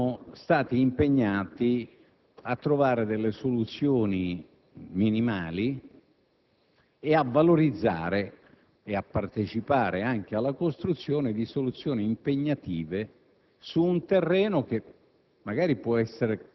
noi siamo stati impegnati a trovare delle soluzioni minimali e a partecipare anche alla costruzione di soluzioni impegnative